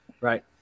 right